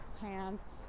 pants